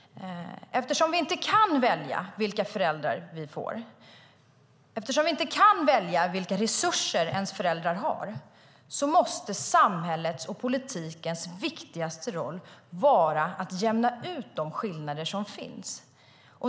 Eftersom vi inte kan välja vilka föräldrar vi får och inte kan välja vilka resurser våra föräldrar har måste samhällets och politikens viktigaste roll vara att jämna ut de skillnader som finns.